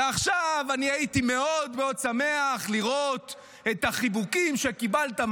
ועכשיו הייתי מאוד מאוד שמח לראות את החיבוקים שקיבלת,